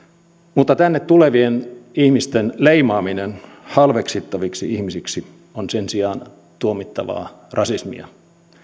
mutta tänne tulevien ihmisten leimaaminen halveksittaviksi ihmisiksi on sen sijaan tuomittavaa rasismia